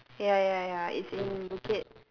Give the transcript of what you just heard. ya ya ya it's in bukit